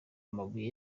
amabuye